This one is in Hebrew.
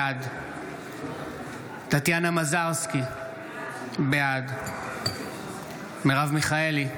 בעד טטיאנה מזרסקי, בעד מרב מיכאלי,